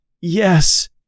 Yes